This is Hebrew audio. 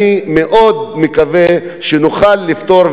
אני מאוד מקווה שנוכל לפתור,